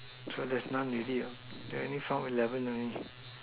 so there's none already ah you already found eleven already